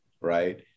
right